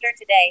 today